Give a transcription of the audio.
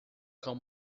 cão